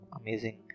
amazing